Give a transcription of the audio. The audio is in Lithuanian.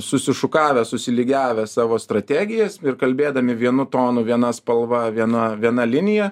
susišukavę susilygiavę savo strategijas ir kalbėdami vienu tonu viena spalva viena viena linija